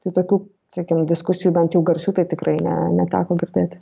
tai tokių kykim diskusijų bent jau garsių tai tikrai ne neteko girdėti